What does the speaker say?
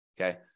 okay